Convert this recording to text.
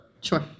Sure